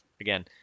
again